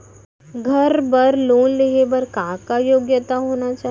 घर बर लोन लेहे बर का का योग्यता होना चाही?